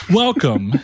welcome